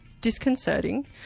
disconcerting